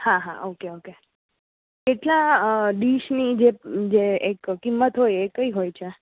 હા હા okay okay કેટલા ડિશની જે એક કિમંત હોય એ કઈ હોય છે